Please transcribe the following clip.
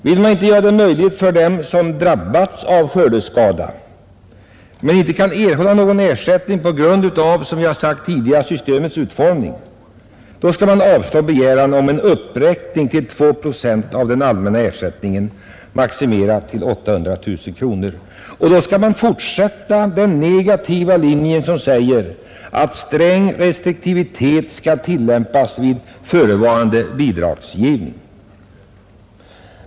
Vill man inte göra någonting för den som drabbats av skördeskador och som inte kan erhålla någon ersättning på grund av systemets utformning, då skall man avslå förslaget om uppräkning till 2 procent av den allmänna ersättningen, maximerat till 800 000 kronor, och då skall man fortsätta på den negativa linje som säger att sträng restriktivitet skall tillämpas vid ifrågavarande bidragsgivning.